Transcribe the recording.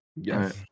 Yes